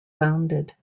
founded